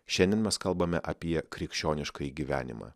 šiandien mes kalbame apie krikščioniškąjį gyvenimą